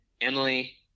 Emily